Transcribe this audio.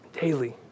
daily